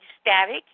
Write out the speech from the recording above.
static